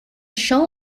show